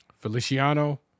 Feliciano